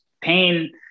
pain